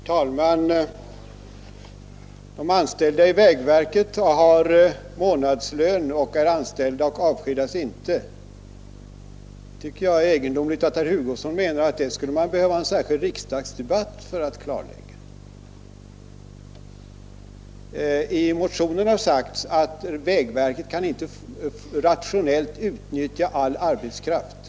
Herr talman! De anställda i vägverket har månadslön och avskedas inte. Jag tycker att det är egendomligt att herr Hugosson menar att vi skall behöva ha en särskild riksdagsdebatt för att klarlägga detta. I motionen har sagts att vägverket inte rationellt kan utnyttja all arbetskraft.